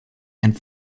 and